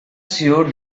sure